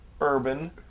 urban